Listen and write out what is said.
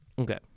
Okay